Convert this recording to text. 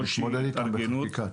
נתמודד איתם בחקיקה.